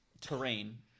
terrain